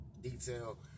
detail